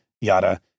yada